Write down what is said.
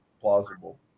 plausible